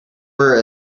were